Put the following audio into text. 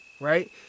Right